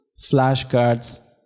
flashcards